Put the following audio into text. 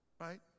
Right